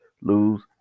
lose